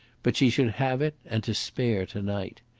but she should have it and to spare to-night.